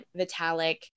Vitalik